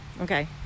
Okay